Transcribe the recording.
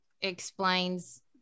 explains